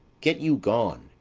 get you gone,